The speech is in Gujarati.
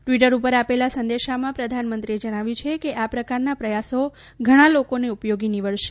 ટ્વીટર ઉપર આપેલા સંદેશામાં પ્રધાનમંત્રીએ જણાવ્યું છે કે આ પ્રકારના પ્રયાસો ઘણા લોકોને ઉપયોગી નિવડશે